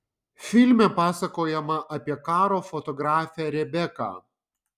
filme pasakojama apie karo fotografę rebeką